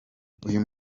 uyu